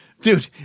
Dude